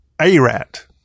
A-Rat